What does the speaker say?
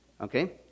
okay